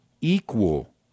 equal